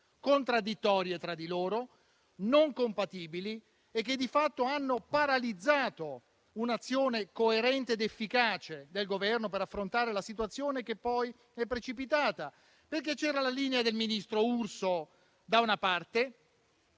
contraddittorie tra di loro, non compatibili e che di fatto hanno paralizzato un'azione coerente ed efficace del Governo per affrontare la situazione che poi è precipitata: c'era la linea del ministro Urso, da una parte,